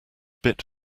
bit